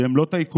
שהם לא טייקונים,